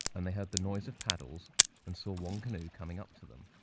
and they heard the noise of paddles and saw one canoe coming up to them.